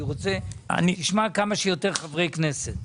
אני רוצה שנשמע כמה שיותר חברי כנסת.